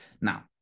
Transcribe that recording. Now